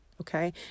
Okay